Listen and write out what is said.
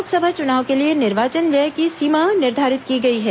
लोकसभा चुनाव के लिए निर्वाचन व्यय की सीमा निर्धारित की गई है